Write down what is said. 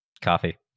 Coffee